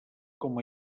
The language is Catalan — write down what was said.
com